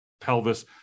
pelvis